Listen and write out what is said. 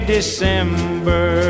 December